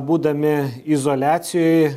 būdami izoliacijoj